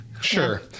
Sure